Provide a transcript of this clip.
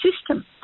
system